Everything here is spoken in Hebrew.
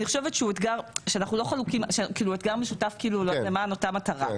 אני חושבת שהוא אתגר משותף למען אותה מטרה.